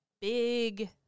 big